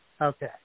Okay